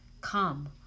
Come